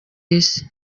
isi